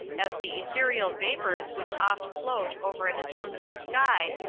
as the ethereal vapors which oft float over an autumnal sky,